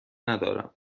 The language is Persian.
ندارم